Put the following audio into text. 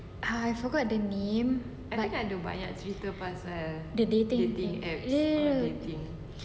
ah I forgot the name like the dating ya ya ya ya